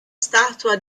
statua